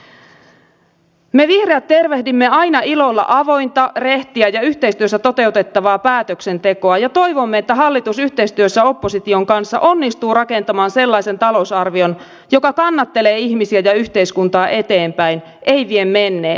me vihreät tervehdimme aina ilolla avointa rehtiä ja yhteistyössä toteutettavaa päätöksentekoa ja toivomme että hallitus yhteistyössä opposition kanssa onnistuu rakentamaan sellaisen talousarvion joka kannattelee ihmisiä ja yhteiskuntaa eteenpäin ei vie menneeseen